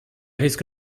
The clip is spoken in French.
risques